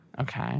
Okay